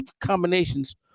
combinations